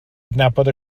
adnabod